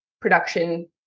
production